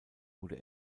wurde